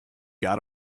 got